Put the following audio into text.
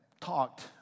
talked